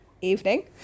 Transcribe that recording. evening